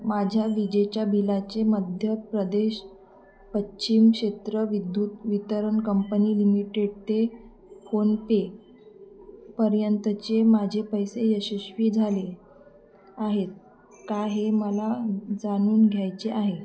माझ्या विजेच्या बिलाचे मध्य प्रदेश पश्चिम क्षेत्र विद्युत वितरण कंपनी लिमिटेड ते फोनपे पर्यंतचे माझे पैसे यशस्वी झाले आहेत का हे मला जाणून घ्यायचे आहे